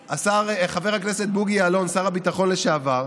חבר הכנסת בוגי יעלון, שר הביטחון לשעבר,